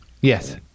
Yes